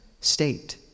state